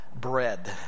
bread